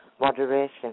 Moderation